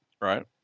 Right